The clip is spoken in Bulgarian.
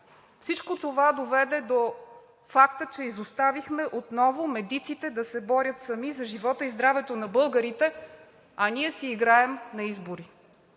всичко това доведе до факта, че изоставихме отново медиците да се борят сами за живота и здравето на българите, а ние си играем на избори.